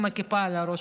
עם כיפה על הראש.